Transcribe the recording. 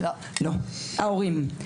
ההורים.